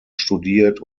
studiert